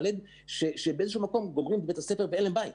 ד' שכשהם מסיימים את בית הספר אין להם לאיפה ללכת.